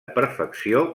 perfecció